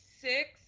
six